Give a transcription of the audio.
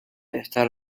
esta